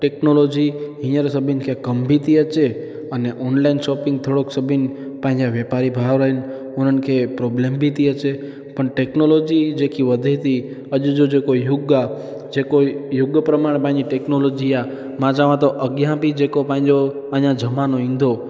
technology हींअर सभिनि खे कम बि थी अचे अने ऑनलाइन शॉपिंग थोरो सभिनि पंहिंजा व्यापारी भावर आहिनि उन्हनि खे प्रोब्लम बि थी अचे पन टेक्नोलोजी जेकी वधे थी अॼु जो जेको युग आहे जेको युग प्रमाण पंहिंजी टेक्नोलोजी आहे मां चवां थो अॻियां बि जेको अञा पंहिंजो ज़मानो ईंदो